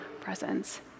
presence